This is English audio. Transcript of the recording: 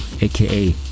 aka